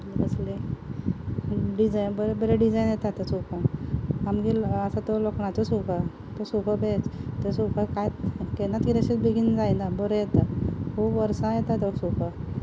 आनी कसले डिजायनाचे बरे बरे डिजायन येता आतां सोफान आमगेर आसा तो लोखणाचो सोफा तो सोफा बेश्ट तो सोफा कांयच केन्नात किदेंशे बेगीन जायना बरो येता खूब वर्सां येता तो सोफा